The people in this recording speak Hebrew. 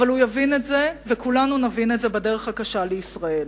אבל הוא יבין את זה וכולנו נבין את זה בדרך הקשה לישראל.